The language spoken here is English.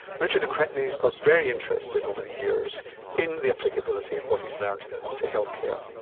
richard de crespigny has got very interested over the years in the applicability of what he's learned to health care.